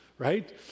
Right